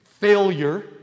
Failure